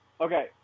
okay